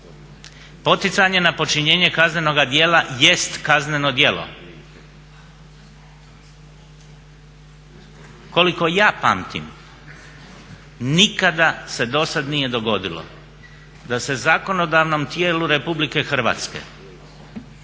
Poticanje na počinjenje kaznenoga djela jest kazneno djelo. Koliko ja pamtim nikada se dosad nije dogodilo da se zakonodavnom tijelu RH, štoviše tijelu